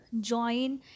join